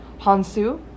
Hansu